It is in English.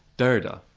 derrida,